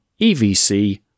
EVC